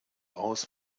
aus